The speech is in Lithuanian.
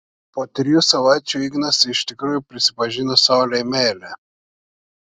po trijų savaičių ignas iš tikrųjų prisipažino saulei meilę